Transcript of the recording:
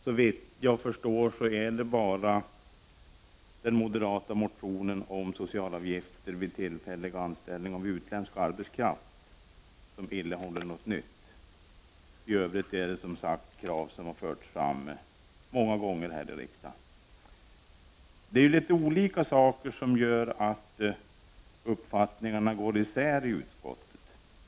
Såvitt jag förstår är det endast den moderata motionen om socialavgifter vid tillfällig anställning av utländsk arbetskraft som innehåller något nytt. I övrigt rör det sig som sagt om krav som har förts fram många gånger här i riksdagen. Av litet olika anledningar går uppfattningarna isär i utskottet.